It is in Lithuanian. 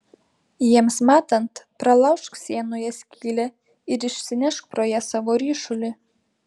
jiems matant pralaužk sienoje skylę ir išsinešk pro ją savo ryšulį